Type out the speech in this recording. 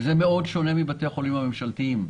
זה שונה מאוד מבתי החולים הממשלתיים,